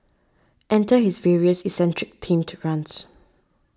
enter his various eccentric themed runs